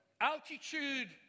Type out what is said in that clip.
Altitude